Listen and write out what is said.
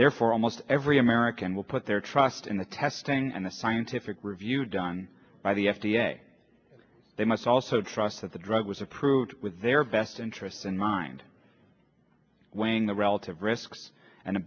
therefore almost every american will put their trust in the testing and the scientific review done by the f d a they must also trust that the drug was approved with their best interests in mind when the relative risks and the